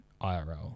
IRL